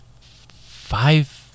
five